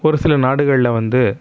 ஒரு சில நாடுகளில் வந்து